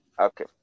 okay